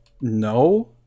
no